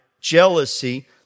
jealousy